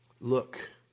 Look